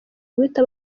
guhita